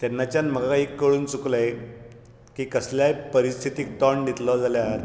तेन्नाच्यान म्हाका एक कळुन चुकलें की कसल्याय परिस्थितीक तोंड दितलो जाल्यार